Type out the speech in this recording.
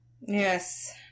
Yes